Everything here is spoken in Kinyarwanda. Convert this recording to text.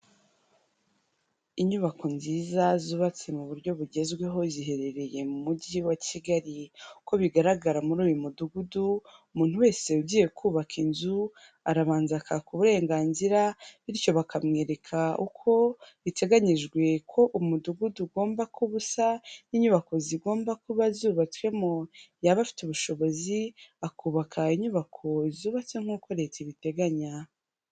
Inyubako nziza zubatse mu buryo bugezweho, ziherereye mu Mujyi wa Kigali. Uko bigaragara muri uyu mudugudu, umuntu wese ugiye kubaka inzu, arabanza akaka uburenganzira bityo bakamwereka uko biteganyijwe ko umudugudu ugomba kuba usa, n'inyubako zigomba kuba zubatswemo, yaba afite ubushobozi akubaka inyubako zubatse nk'uko Leta ibiteganya.